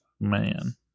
Man